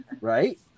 Right